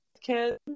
kids